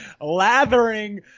lathering